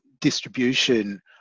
distribution